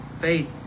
faith